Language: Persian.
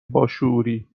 باشعوری